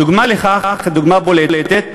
דוגמה לכך, דוגמה בולטת,